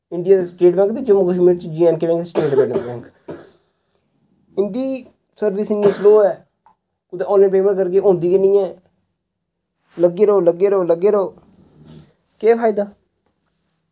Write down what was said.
India च State Bank Jammu Kashmir च J and K bank ते स्टेट बैंट इंदी सर्विस इन्नी स्लो ऐ इंदी आनलाइन पेमैंट करनी होऐ होंदी गै नी ऐ लग्गे रोह् लग्गे रोह् लग्गे रोह् केह् फायदा